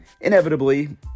Inevitably